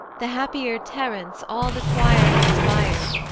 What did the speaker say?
the happier terence all the choir inspir'd,